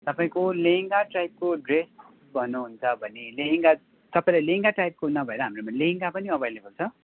तपाईँको लेहेङ्गा टाइपको ड्रेस भन्नुहुन्छ भने लेहेङ्गा तपाईँले लेहेङ्गा टाइपको नभएर हाम्रोमा लेहेङ्गा पनि अभाइलेबल छ